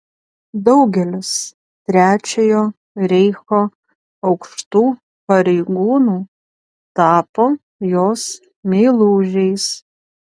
daugelis trečiojo reicho aukštų pareigūnų tapo jos meilužiais